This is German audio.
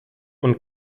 und